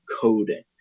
coding